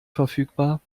verfügbar